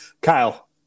kyle